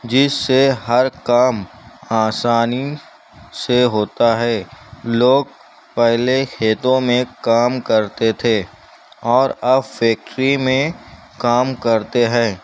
جس سے ہر کام آسانی سے ہوتا ہے لوگ پہلے کھیتوں میں کام کرتے تھے اور اب فیکٹری میں کام کرتے ہیں